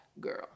girl